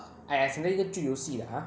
!aiya! 反正一个旧游戏 lah !huh!